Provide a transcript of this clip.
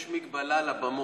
יש הגבלה לבמות.